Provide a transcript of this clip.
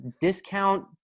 discount